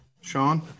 Sean